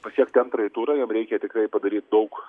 pasiekti antrąjį turą jam reikia tikrai padaryt daug